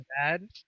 bad